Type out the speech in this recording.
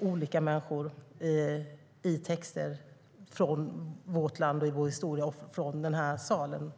olika människor i texter från vårt land, från vår historia och från denna sal.